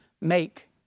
make